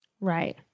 Right